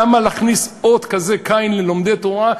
למה להכניס כזה אות קין ללומדי תורה,